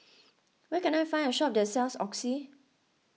where can I find a shop that sells Oxy